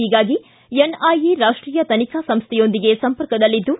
ಹೀಗಾಗಿ ಎನ್ಐಎ ರಾಷ್ಟೀಯ ತನಿಖಾ ಸಂಸ್ಥೆಯೊಂದಿಗೆ ಸಂಪರ್ಕದಲ್ಲಿದ್ದು